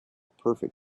perfect